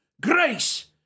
Grace